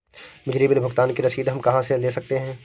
बिजली बिल भुगतान की रसीद हम कहां से ले सकते हैं?